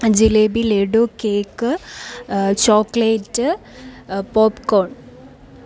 jalebi laddu cake chocolate popcorn